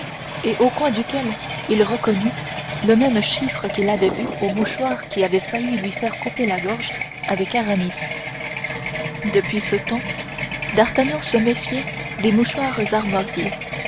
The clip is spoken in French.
et au coin duquel il reconnut le même chiffre qu'il avait vu au mouchoir qui avait failli lui faire couper la gorge avec aramis depuis ce temps d'artagnan se méfiait des mouchoirs armoriés